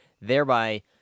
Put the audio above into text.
thereby